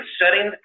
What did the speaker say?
setting